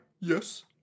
Yes